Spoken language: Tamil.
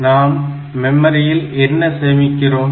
நாம் மெமரியில் என்ன சேமிக்கின்றோம்